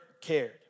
cared